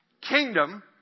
kingdom